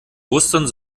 ostern